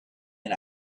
and